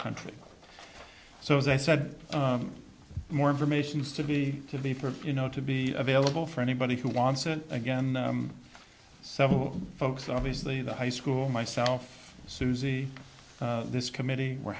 country so as i said more information is to be to be for you know to be available for anybody who wants and again several folks obviously the high school myself susie this committee were